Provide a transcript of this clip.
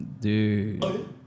dude